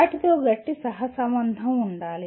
వాటితో గట్టి సహసంబంధం ఉండాలి